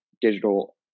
digital